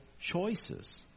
choices